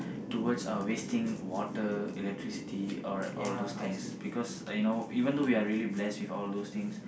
towards uh wasting water electricity or all those things because you know even though we really blessed with all those things